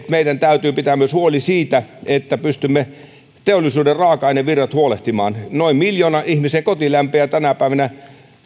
meidän täytyy pitää huoli myös siitä että pystymme teollisuuden raaka ainevirrat huolehtimaan noin miljoonan ihmisen koti lämpiää tänä päivänä